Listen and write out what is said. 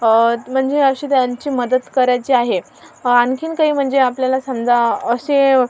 म्हणजे अशी त्यांची मदत करायची आहे आणखीन काही म्हणजे आपल्याला समजा असे